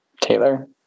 Taylor